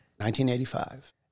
1985